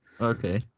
okay